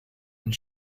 and